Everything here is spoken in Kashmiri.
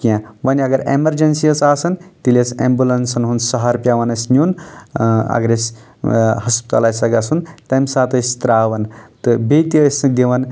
کینٛہہ وۄنۍ اگر اٮ۪مرجنسی ٲسۍ آسان تیٚلہِ اوس اٮ۪مبلینسن ہُنٛد سہارٕ پٮ۪وان اسہِ نیُن اگر اسہِ ہسپتال آسہِ ہا گژھُن تمہِ ساتہٕ ٲسۍ ترٛاوان تہٕ بیٚیہِ تہِ ٲسۍ نہٕ دِوان